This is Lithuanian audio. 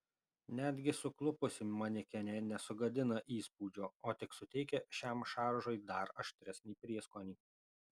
netgi suklupusi manekenė nesugadina įspūdžio o tik suteikia šiam šaržui dar aštresnį prieskonį